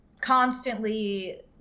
constantly